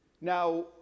Now